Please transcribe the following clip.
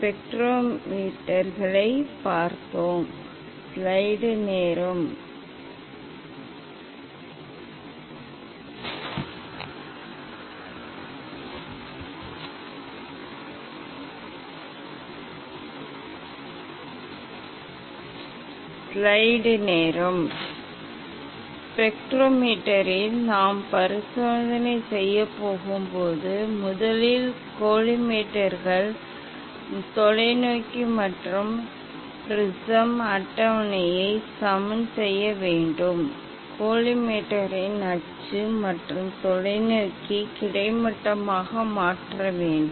ஸ்பெக்ட்ரோமீட்டர்களைப் பார்த்தோம் ஸ்பெக்ட்ரோமீட்டரில் நாம் சோதனை செய்யப் போகும்போது முதலில் கோலிமேட்டர்கள் தொலைநோக்கி மற்றும் ப்ரிஸம் அட்டவணையை சமன் செய்ய வேண்டும் கோலிமேட்டரின் அச்சு மற்றும் தொலைநோக்கி கிடைமட்டமாக மாற்ற வேண்டும்